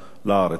לארץ.